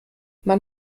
man